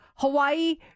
Hawaii